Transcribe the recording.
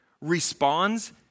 responds